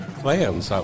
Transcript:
plans